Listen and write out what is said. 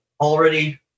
already